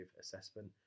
assessment